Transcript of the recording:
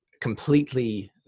completely